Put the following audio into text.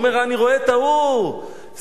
הוא אומר: אני רואה את ההוא, סולברג,